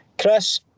Chris